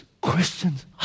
Christians